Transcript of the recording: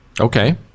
Okay